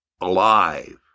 alive